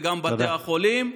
וגם בתי החולים,